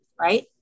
right